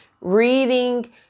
Reading